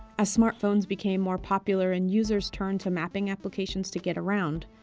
as smartphones became more popular and users turned to mapping applications to get around,